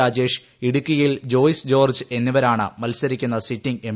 രാജേഷ് ഇടുക്കിയിൽ ജോയിസ് ്റ്റ്ജോർജ്ജ് എന്നിവരാണ് മത്സരിക്കുന്ന സിറ്റിംഗ് എം